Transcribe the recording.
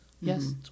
Yes